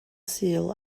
sul